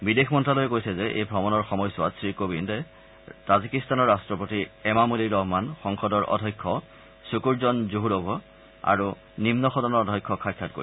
বিদেশ মন্ত্যালয়ে কৈছে যে এই ভ্ৰমণৰ সময়ছোৱাত শ্ৰীকোৱিন্দে তাজিকিস্তানৰ ৰাট্টপতি এমামোলি ৰহমান সংসদৰ অধ্যক্ষ খুকুৰজ'ন জুহুৰ ভ আৰু নিন্ন সদনৰ অধ্যক্ষক সাক্ষাৎ কৰিব